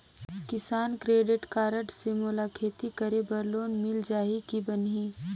किसान credit card से मोला खेती करे बर लोन मिल जाहि की बनही??